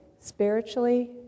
spiritually